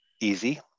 easy